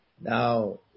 Now